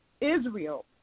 Israel